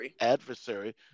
adversary